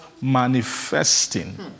manifesting